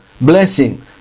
blessing